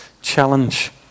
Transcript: challenge